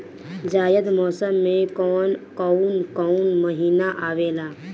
जायद मौसम में कौन कउन कउन महीना आवेला?